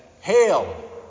Hail